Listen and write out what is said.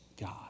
God